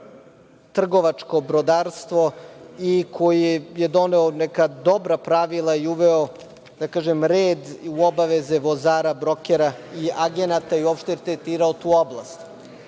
trgovačko brodarstvo i koji je doneo neka dobra pravila i uveo, da kažem, red i obaveze vozara, brokera i agenata i uopšte tretirao tu oblast. Takođe,